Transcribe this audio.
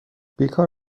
بیکار